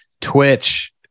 Twitch